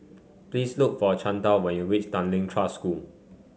please look for Chantal when you reach Tanglin Trust School